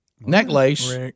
necklace